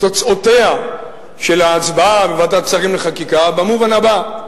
בתוצאותיה של ההצבעה בוועדת השרים לחקיקה במובן הבא: